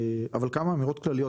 אבל כמה אמירות כלליות.